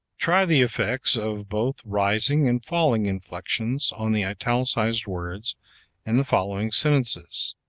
try the effects of both rising and falling inflections on the italicized words in the following sentences.